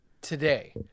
today